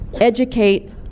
educate